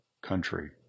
country